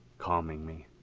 calming me.